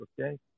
okay